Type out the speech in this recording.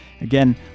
again